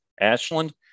Ashland